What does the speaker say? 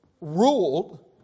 ruled